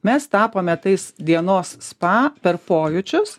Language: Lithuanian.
mes tapome tais dienos spa per pojūčius